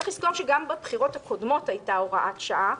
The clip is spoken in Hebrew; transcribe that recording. צריך לזכור שגם בבחירות הקודמות הייתה הוראת שעה,